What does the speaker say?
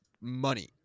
money